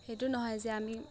সেইটো নহয় যে আমি